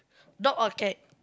dog or cat